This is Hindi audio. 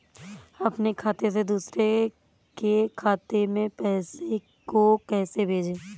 अपने खाते से दूसरे के खाते में पैसे को कैसे भेजे?